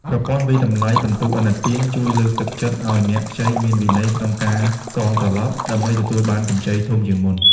ប្រព័ន្ធវាយតម្លៃពិន្ទុឥណទាន ជួយលើកទឹកចិត្តឱ្យអ្នកខ្ចីមានវិន័យក្នុងការសងត្រឡប់ ដើម្បីទទួលបានកម្ចីធំជាងមុន។